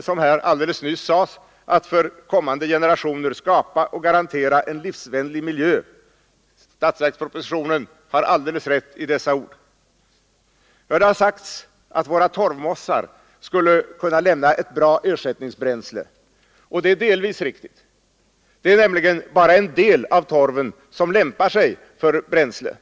såsom alldeles nyss sades, att för kommande generationer skapa och garantera en livsvänlig miljö — statsverkspropositionen har alldeles rätt i dessa ord. Det har sagts att våra torvmossar skulle kunna lämna ett bra ersättningsbränsle. Det är delvis riktigt. Det är emellertid bara en del av torven som lämpar sig för bränsle.